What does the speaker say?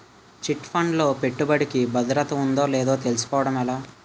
Chit fund లో పెట్టుబడికి భద్రత ఉందో లేదో తెలుసుకోవటం ఎలా?